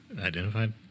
identified